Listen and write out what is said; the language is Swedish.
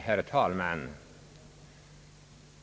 Herr talman!